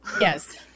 Yes